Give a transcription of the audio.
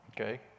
okay